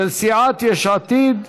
של סיעת יש עתיד.